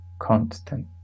constant